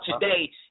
today